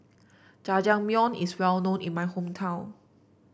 jajangmyeon is well known in my hometown